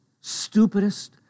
stupidest